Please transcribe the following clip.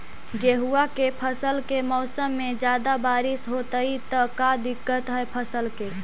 गेहुआ के फसल के मौसम में ज्यादा बारिश होतई त का दिक्कत हैं फसल के?